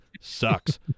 sucks